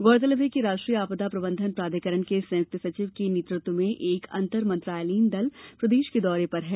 गौरतलब है कि राष्ट्रीय आपदा प्रबंधन प्राधिकरण के संयुक्त सचिव के नेतृत्व में एक अंतर मंत्रालयीन दल प्रदेश के दौरे पर हैं